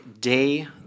day